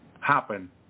happen